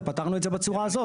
ופתרנו את זה בצורה הזאת.